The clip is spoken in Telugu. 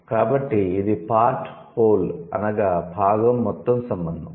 కాబట్టి ఇది 'పార్ట్ వోల్' అనగా 'భాగం మొత్తం' సంబంధం